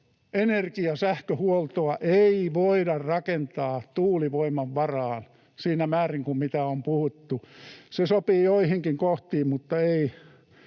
energiasähköhuoltoa ei voida rakentaa tuulivoiman varaan siinä määrin, kun mitä on puhuttu. Se sopii joihinkin kohtiin, mutta ei